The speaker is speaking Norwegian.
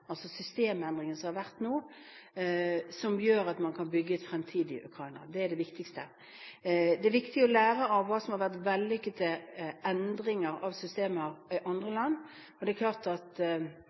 systemendringen som har vært nå, som gjør at man kan bygge et fremtidig Ukraina. Det er det viktigste. Det er viktig å lære av hva som har vært vellykkede endringer av systemer i andre land. Det er klart at